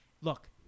Look